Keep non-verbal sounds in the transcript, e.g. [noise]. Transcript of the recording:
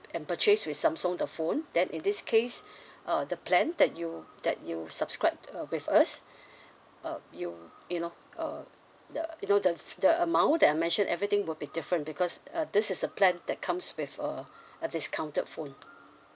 and purchase with samsung the phone then in this case [breath] uh the plan that you that you subscribe uh with us [breath] uh you you know uh the you know the f~ the amount that I mentioned everything will be different because uh this is the plan that comes with uh a discounted phone